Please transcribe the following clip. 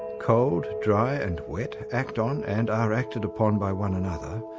cold, dry and wet act on and are acted upon by one another,